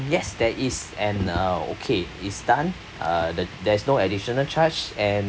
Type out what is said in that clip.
yes there is and okay it's done uh the~ there's no additional charge and